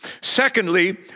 Secondly